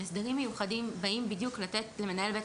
הסדרים מיוחדים באים בדיוק לתת למנהל בית